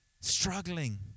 struggling